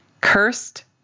Cursed